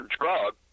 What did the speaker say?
drug